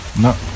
No